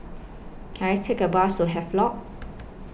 Can I Take A Bus to Havelock